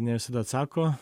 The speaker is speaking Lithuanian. ne visada atsako